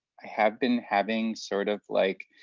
i have been having sort of like